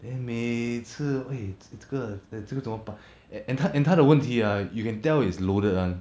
then 每次 eh 这个 then 这个怎么办 and 他他的问题啊 you can tell is loaded [one]